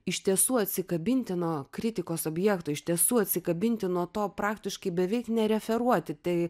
iš tiesų atsikabinti nuo kritikos objekto iš tiesų atsikabinti nuo to praktiškai beveik nereferuoti tai